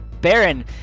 Baron